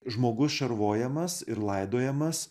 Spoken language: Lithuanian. žmogus šarvojamas ir laidojamas